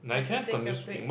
you have to take a break